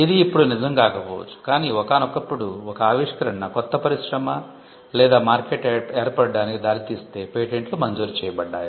ఇది ఇప్పుడు నిజం కాకపోవచ్చు కాని ఒకానొకప్పుడు ఒక ఆవిష్కరణ కొత్త పరిశ్రమ లేదా మార్కెట్ ఏర్పడటానికి దారితీస్తే పేటెంట్లు మంజూరు చేయబడ్డాయి